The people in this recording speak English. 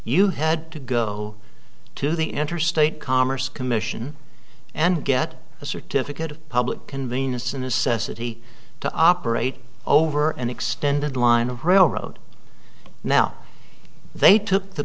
you had to go to the interstate commerce commission and get a certificate of public convenience is a necessity to operate over an extended line of railroad now they took the